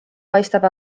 paistab